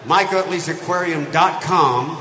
MikeUtley'sAquarium.com